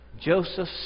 Joseph